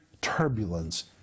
turbulence